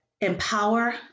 empower